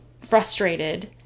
frustrated